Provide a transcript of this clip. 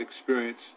experience